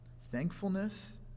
Thankfulness